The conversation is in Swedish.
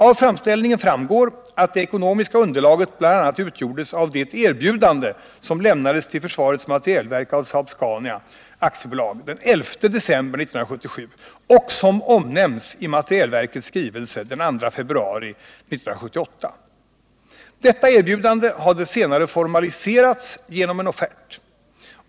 Av framställningen framgår att det ekonomiska underlaget bl.a. utgjordes av det erbjudande som lämnades till försvarets materielverk av Saab-Scania AB den 11 december 1977 och som omnämns i materielverkets skrivelse den 2 februari 1978. Detta erbjudande hade senare formaliserats genom en offert.